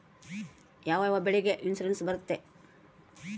ಯಾವ ಯಾವ ಬೆಳೆಗೆ ಇನ್ಸುರೆನ್ಸ್ ಬರುತ್ತೆ?